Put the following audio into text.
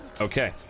Okay